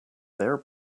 their